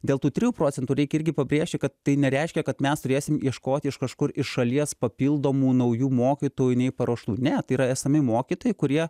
dėl tų trijų procentų reikia irgi pabrėžti kad tai nereiškia kad mes turėsim ieškoti iš kažkur iš šalies papildomų naujų mokytojų nei paruoštų ne tai yra esami mokytojai kurie